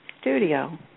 studio